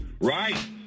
right